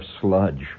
sludge